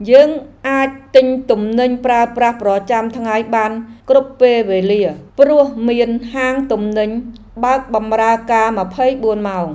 យើងអាចទិញទំនិញប្រើប្រាស់ប្រចាំថ្ងៃបានគ្រប់ពេលវេលា ព្រោះមានហាងទំនិញបើកបម្រើការម្ភៃបួនម៉ោង។